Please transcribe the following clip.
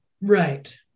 Right